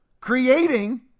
creating